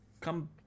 come